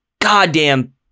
goddamn